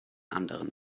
anderen